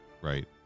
Right